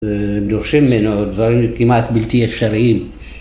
דורשים ממנו דברים כמעט בלתי אפשריים.